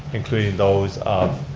including those of